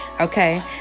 okay